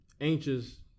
anxious